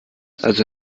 also